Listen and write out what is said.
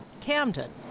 Camden